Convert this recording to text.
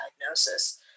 diagnosis